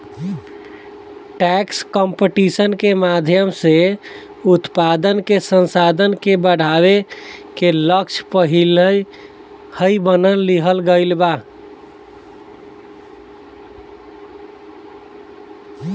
tax competition के माध्यम से उत्पादन के संसाधन के बढ़ावे के लक्ष्य पहिलही बना लिहल गइल बा